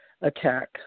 attack